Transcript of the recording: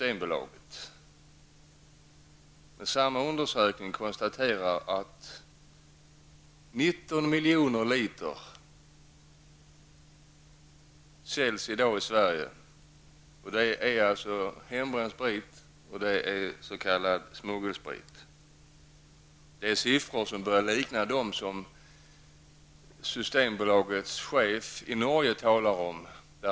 Enligt samma undersökning konstateras det att 19 miljoner hembränd sprit och s.k. smuggelsprit i dag säljs i Sverige. Dessa siffror börjar likna de siffror som chefen för Systembolaget i Norge talar om.